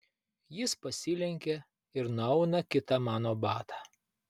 jis pasilenkia ir nuauna kitą mano batą